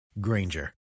Granger